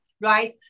right